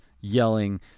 yelling